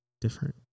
different